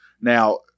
now